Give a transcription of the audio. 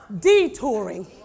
detouring